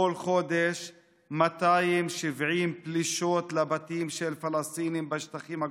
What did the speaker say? יש בכל חודש 270 פלישות לבתים של פלסטינים בשטחים הכבושים.